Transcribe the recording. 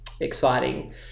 exciting